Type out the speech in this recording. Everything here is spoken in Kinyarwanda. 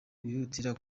wihutira